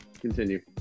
Continue